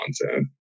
content